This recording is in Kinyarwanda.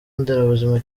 nderabuzima